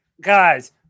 Guys